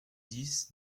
dix